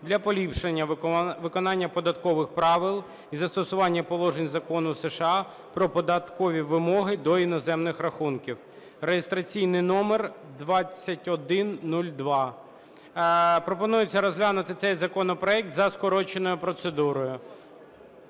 для поліпшення виконання податкових правил й застосування положень Закону США "Про податкові вимоги до іноземних рахунків" (реєстраційний номер 2102). Пропонується розглянути цей законопроект за скороченою процедурою.